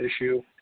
issue